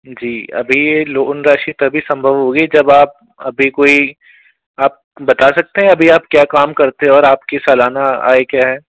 जी अभी यह लोन राशि तब ही संभव होगी जब आप अभी कोई आप बता सकते हैं अभी आप क्या काम करते हो और आपकी सालाना आय क्या है